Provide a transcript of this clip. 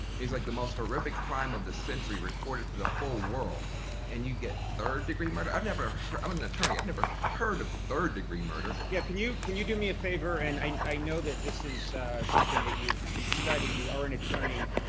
like, the most horrific crime of the century recorded for the whole world and you get third degree murder, i've never heard, i'm an attorney, i've never heard of third degree murder. yeah, can you can you do me a favor and i know that this is something that you've you've studied, you are an attorney.